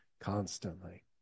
constantly